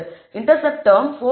intercept term 4